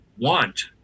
want